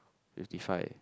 fifty five